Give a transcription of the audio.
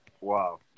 Wow